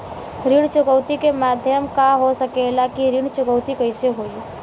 ऋण चुकौती के माध्यम का हो सकेला कि ऋण चुकौती कईसे होई?